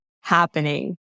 happening